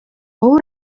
wowe